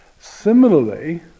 Similarly